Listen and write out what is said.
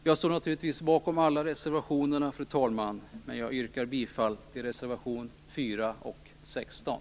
Jag står naturligtvis bakom alla våra reservationer, men jag yrkar bifall till reservationerna 4 och 16.